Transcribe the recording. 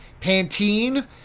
Pantene